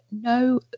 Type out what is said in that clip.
no